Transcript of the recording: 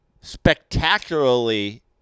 spectacularly